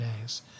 days